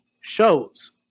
shows